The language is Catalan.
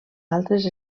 altres